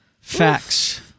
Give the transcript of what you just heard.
Facts